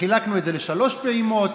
חילקנו את זה לשלוש פעימות,